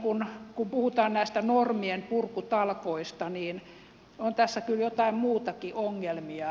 kun puhutaan näistä normienpurkutalkoista niin on tässä kyllä joitain muitakin ongelmia